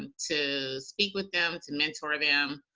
and to speak with them to mentor them.